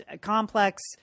complex